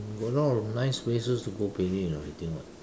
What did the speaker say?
got a lot of nice places to go picnic you know you think what